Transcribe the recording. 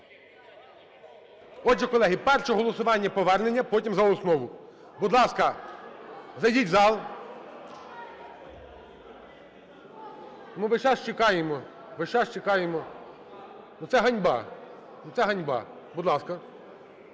Отже, колеги, перше голосування – повернення, потім – за основу. Будь ласка, зайдіть в зал. Ми весь час чекаємо. Ну, це ганьба. Ну, це